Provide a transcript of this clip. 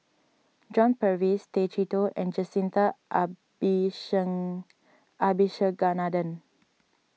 John Purvis Tay Chee Toh and Jacintha Abisheganaden